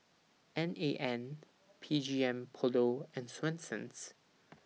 N A N B G M Polo and Swensens